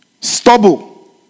Stubble